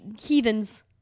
heathens